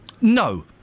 No